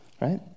right